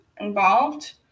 involved